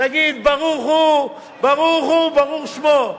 תגיד ברוך הוא, ברוך הוא וברוך שמו.